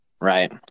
right